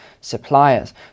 suppliers